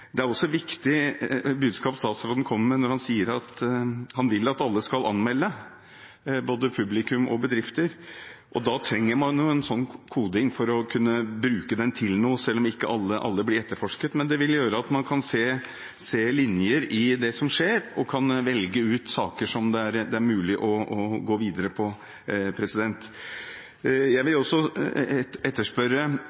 Det er også et viktig budskap statsråden kommer med når han sier at han vil at alle skal anmelde, både publikum og bedrifter. Da trenger man en slik koding for å kunne bruke den til noe – selv om ikke alle saker blir etterforsket – for det vil gjøre at man kan se linjer i det som skjer, og kan velge ut saker som det er mulig å gå videre med. Jeg vil